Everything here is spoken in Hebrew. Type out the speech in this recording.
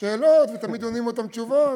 שאלות ותמיד עונים אותן תשובות,